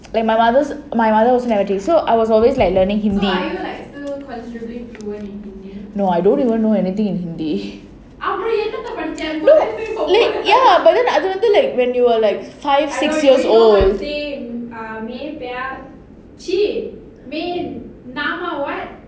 like my mother's my mother also never teach so I was always like learning hindi no I don't even know anything in hindi no like ya but then அப்புறம் என்னத்த படிச்ச:appuram ennatha padichu like when you were like five six years old